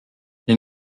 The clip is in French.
mais